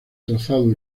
trazado